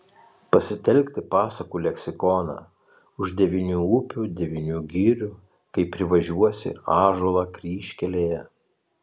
pasitelkti pasakų leksikoną už devynių upių devynių girių kai privažiuosi ąžuolą kryžkelėje